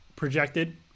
projected